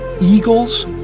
Eagles